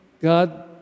God